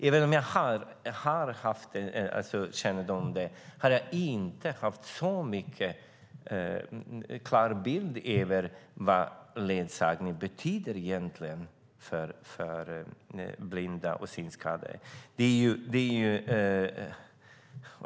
Även om jag alltså har haft en del kännedom om detta har jag dock inte haft en så klar bild av vad ledsagning egentligen betyder för blinda och synskadade.